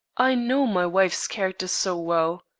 i know my wife's character so well.